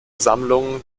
sammlung